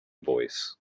voice